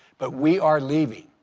but we are leaving.